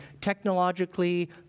technologically